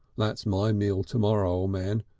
that's my meal to-morrow, o' man.